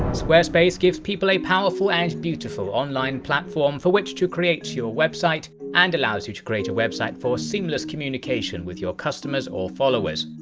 squarespace gives people a powerful and beautiful online platform for which to create your website and allows you to create a website for seamless communication with your customers or followers.